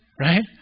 Right